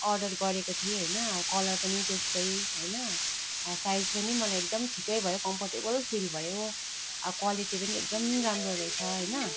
order गरेको थिएँ होइन अब कलर पनि त्यस्तै होइन साइज पनि मलाई एकदम ठिकै भयो कम्फोर्टेबल फिल भयो अब क्वालिटी पनि एकदम राम्रो रहेछ होइन